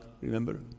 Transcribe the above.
Remember